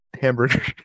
Hamburger